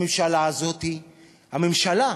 הממשלה הזאת, הממשלה,